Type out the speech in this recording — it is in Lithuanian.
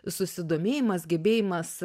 susidomėjimas gebėjimas